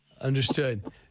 Understood